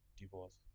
divorce